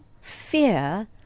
fear